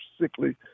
sickly